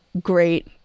great